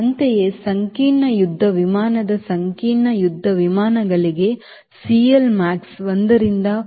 ಅಂತೆಯೇ ಸಂಕೀರ್ಣ ಯುದ್ಧ ವಿಮಾನದ ಸಂಕೀರ್ಣ ಯುದ್ಧ ವಿಮಾನಗಳಿಗೆ CLmax 1 ರಿಂದ 1